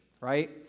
right